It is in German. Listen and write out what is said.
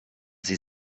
sie